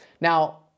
Now